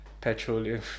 petroleum